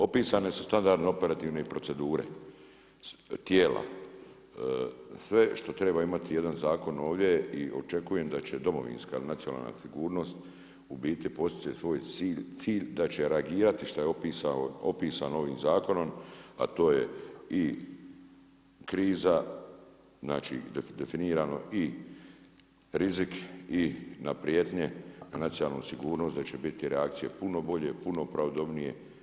Opisane su standardne operativne procedure, tijela, sve što treba imati jedan zakon ovdje i očekujem da će domovinska, nacionalna sigurnost u biti postići svoj cilj da će reagirati šta je opisano ovim zakonom, a to je i kriza, znači definirano i rizik, i na prijetnje, na nacionalnu sigurnost, da će biti reakcije puno bolje, puno pravodobnije.